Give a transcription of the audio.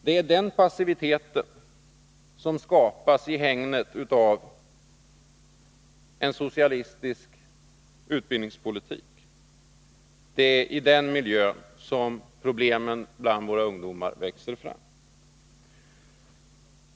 Det är den passivitet som skapas i hägnet av en socialistisk utbildningspolitik. Det är i den miljön problemen för våra ungdomar växer fram.